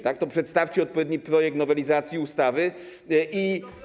To przedstawcie odpowiedni projekt nowelizacji ustawy i.